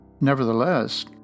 Nevertheless